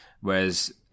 Whereas